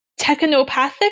Technopathic